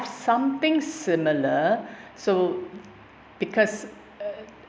something similar so because uh